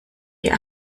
die